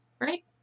right